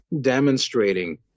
demonstrating